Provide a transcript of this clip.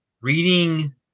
reading